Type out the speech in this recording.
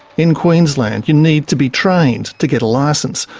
in queensland you need to be trained to get a licence,